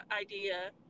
idea